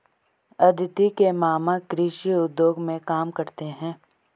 अदिति के मामा कृषि उद्योग में काम करते हैं